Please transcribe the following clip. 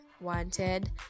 wanted